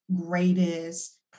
greatest